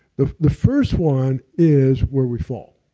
the the first one is where we fall.